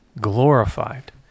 glorified